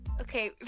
Okay